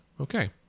okay